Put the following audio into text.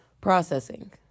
processing